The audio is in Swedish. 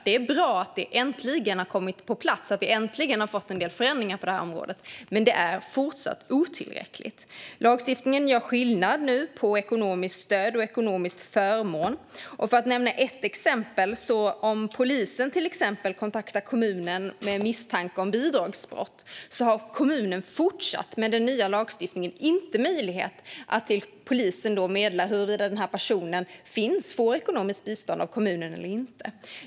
Det är bra att de äntligen har kommit på plats och att vi äntligen har fått en del förändringar på detta område, men det är fortfarande otillräckligt. Lagstiftningen gör skillnad på ekonomiskt stöd och ekonomisk förmån. Jag kan nämna ett exempel. Om polisen kontaktar kommunen med misstanke om bidragsbrott har kommunen, med den nya lagstiftningen, fortfarande inte möjlighet att till polisen meddela huruvida personen finns och får ekonomiskt bistånd från kommunen eller inte.